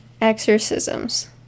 exorcisms